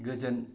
गोजोन